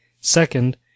second